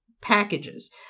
packages